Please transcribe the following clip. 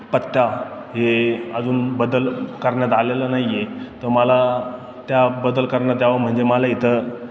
पत्ता हे अजून बदल करण्यात आलेलं नाही आहे तर मला त्या बदल करण्यात यावं म्हणजे मला इथं